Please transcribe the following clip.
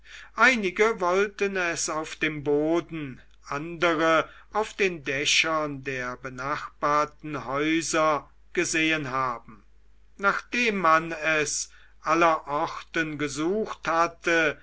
einige wollten es auf dem boden andere auf den dächern der benachbarten häuser gesehen haben nachdem man es allerorten gesucht hatte